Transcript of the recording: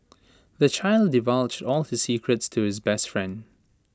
the child divulged all his secrets to his best friend